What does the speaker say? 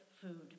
food